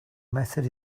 method